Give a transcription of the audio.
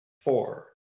four